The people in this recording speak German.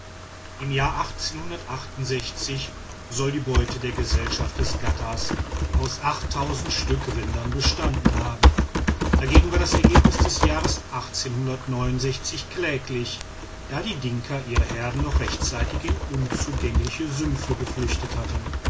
im jahr soll die beute der gesellschaft des ghattas aus stück rindern bestanden haben dagegen war das ergebnis des jahres kläglich da die dinka ihre herden noch rechtzeitig in unzugängliche sümpfe geflüchtet hatten